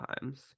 times